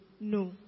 No